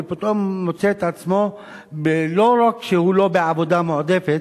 ופתאום מוצא את עצמו לא רק שהוא לא בעבודה מועדפת,